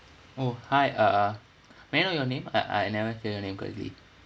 oh hi uh uh may I know your name uh I never hear your name correctly